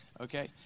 Okay